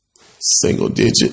single-digit